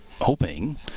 hoping